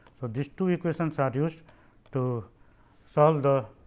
so, this two equations are used to solve the